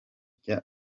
ryan